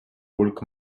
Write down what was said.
hulk